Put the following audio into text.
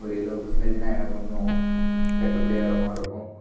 ஒரு எழுபது பர்சன்டேஜுன்னா எனக்குக் கொஞ்சம் கட்டுப்படியாகிற மாரி இருக்கும்